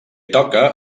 toca